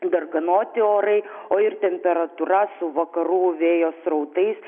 darganoti orai o ir temperatūra su vakarų vėjo srautais